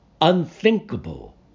unthinkable